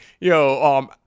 Yo